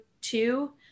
two